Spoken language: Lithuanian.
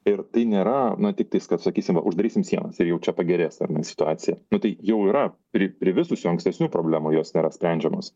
ir tai nėra na tik tais kad sakysim va uždarysim sienas ir jau čia pagerės situacija nu tai jau yra pri privisusių ankstesnių problemų jos nėra sprendžiamos